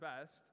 best